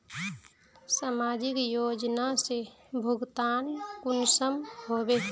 समाजिक योजना से भुगतान कुंसम होबे?